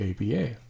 ABA